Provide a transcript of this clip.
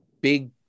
Big